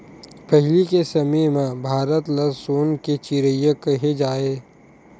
पहिली के समे म भारत ल सोन के चिरई केहे जाए